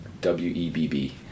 W-E-B-B